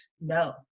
no